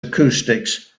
acoustics